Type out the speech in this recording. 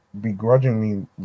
begrudgingly